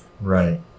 Right